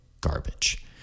garbage